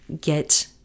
get